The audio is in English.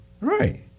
Right